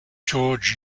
george